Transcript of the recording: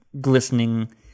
glistening